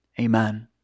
Amen